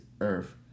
earth